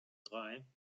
drei